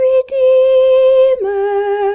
Redeemer